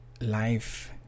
Life